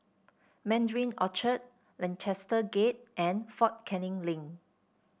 Mandarin Orchard Lancaster Gate and Fort Canning Link